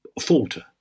falter